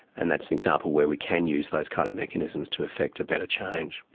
and that's an example where we can use those kind of mechanisms to effect a better change.